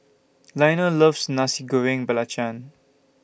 Leonel loves Nasi Goreng Belacan